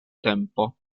tempo